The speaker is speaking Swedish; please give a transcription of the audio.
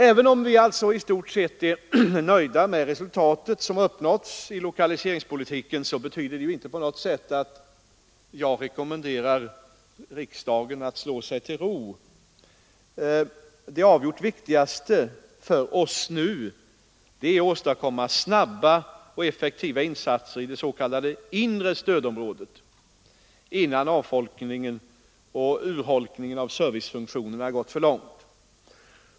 Även om vi alltså i stort sett är nöjda med de resultat som uppnåtts i lokaliseringspolitiken, betyder detta inte på något sätt att jag rekommenderar riksdagen att slå sig till ro. Det avgjort viktigaste för oss nu är att åstadkomma snabba och effektiva insatser i inre stödområdet, innan avfolkningen och urholkningen av servicefunktionerna där gått för långt.